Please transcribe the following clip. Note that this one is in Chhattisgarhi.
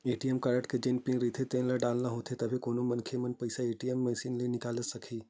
ए.टी.एम कारड के जेन पिन रहिथे तेन ल डालना होथे तभे कोनो मनखे ह पइसा ल ए.टी.एम मसीन ले निकाले सकही